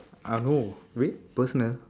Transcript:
uh no wait personal